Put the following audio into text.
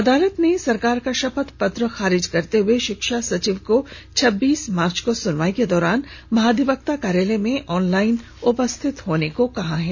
अदालत ने सरकार का शपथ पत्र खारिज करते हए शिक्षा सचिव को छब्बीस मार्च को सुनवाई के दौरान महाधिवक्ता कार्यालय में ऑनलाइन उपस्थित होने को कहा है